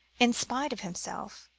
in spite of himself.